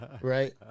Right